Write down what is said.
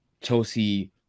Chelsea